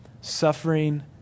Suffering